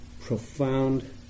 profound